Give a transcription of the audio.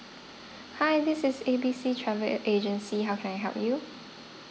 hi this is A B C travel agency how can I help you